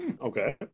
okay